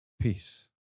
peace